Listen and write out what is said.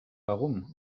warum